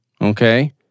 Okay